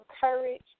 courage